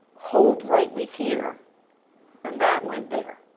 hold rightly here and that went there.